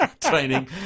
training